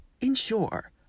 ensure